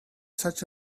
such